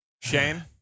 Shane